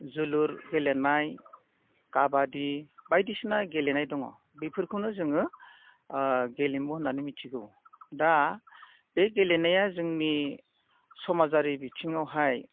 जोलुर गेलेनाय खाबादि बायदिसिना गेलेनाय दङ बेफोरखौनो जोङो गेलेमु होननानै मिथिगौ दा बे गेलेनाया जोंनि समाजारि बिथिङावहाय